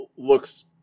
Looks